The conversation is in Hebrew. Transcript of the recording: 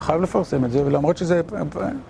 חייב לפרסם את זה, למרות שזה...